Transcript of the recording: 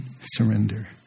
surrender